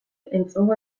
entzungo